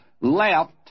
left